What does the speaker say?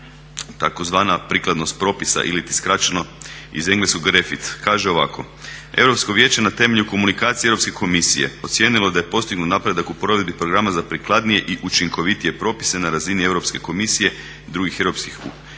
tzv. prikladnost propisa ili skraćeno iz engleskog refit. Kaže ovako, Europsko vijeće na temelju komunikacije Europske komisije ocijenilo je da je postignut napredak u provedbi programa za prikladnije i učinkovitije propise na razini Europske komisije i drugih država